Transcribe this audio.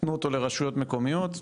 תנו אותו לרשויות מקומיות,